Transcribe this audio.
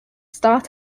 start